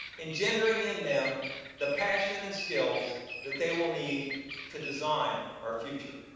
engendering in them the passion and skills that they will need to design our future.